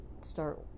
start